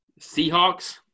Seahawks –